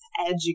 educate